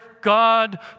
God